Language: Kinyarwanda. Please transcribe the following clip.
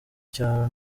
cyaro